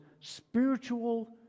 spiritual